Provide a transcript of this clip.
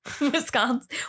Wisconsin